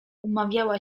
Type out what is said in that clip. umawiała